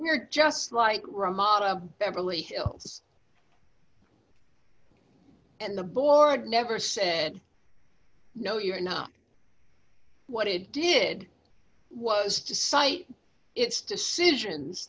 you're just like ramada of beverly hills and the board never said no you're not what it did was just cite its decisions